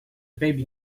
baby